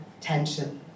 tension